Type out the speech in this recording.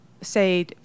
say